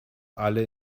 alle